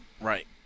Right